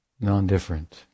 non-different